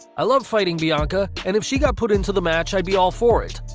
i love fighting bianca, and if she got put into the match, i'd be all for it.